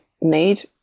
need